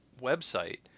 website